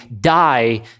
die